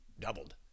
doubled